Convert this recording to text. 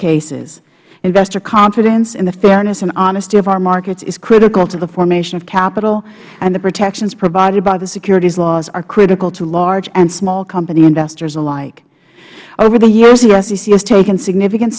cases investor confidence and the fairness and honesty of our markets is critical to the formation of capital and the protections provided by the securities laws are critical to large and small company investors alike over the years the sec has taken significant